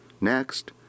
Next